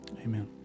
amen